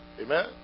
Amen